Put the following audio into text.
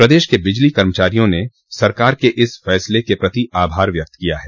प्रदेश के बिजली कर्मचारियों ने सरकार के इस फैसले के प्रति आभार व्यक्त किया है